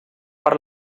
per